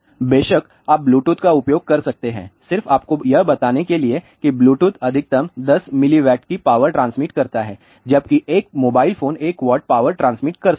बेशक आप ब्लूटूथ का उपयोग कर सकते हैं सिर्फ आपको यह बताने के लिए कि ब्लूटूथ अधिकतम 10 mW की पावर ट्रांसमिट करता है जबकि एक mobile phone 1 W power transmit कर सकता है